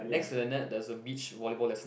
next to the net there's a beach volleyball lesson